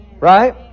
Right